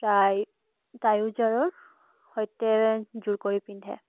প্ৰায় ট্ৰাউজাৰৰ সৈতে যোৰ কৰি পিন্ধে